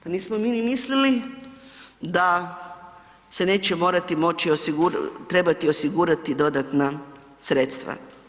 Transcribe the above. Pa nismo mi ni mislili da se neće morat trebati osigurati dodatna sredstva.